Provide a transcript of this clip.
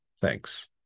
Thanks